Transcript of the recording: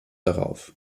darauf